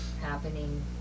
happening